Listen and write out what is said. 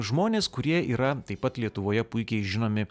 žmonės kurie yra taip pat lietuvoje puikiai žinomi